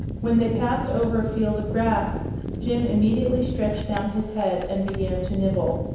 when they passed over field of grass jim immediately stretched down his head and began to nibble.